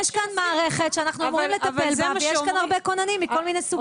יש כאן מערכת שאנחנו אמורים לטפל בה ויש בה הרבה כוננים מכל מיני סוגים.